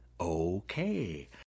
Okay